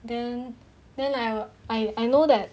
then then I will I I know that